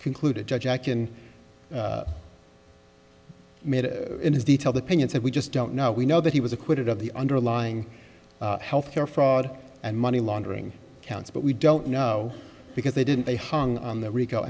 concluded jack and in his detail the pinion said we just don't know we know that he was acquitted of the underlying health care fraud and money laundering counts but we don't know because they didn't they hung on the r